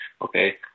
okay